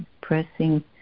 pressing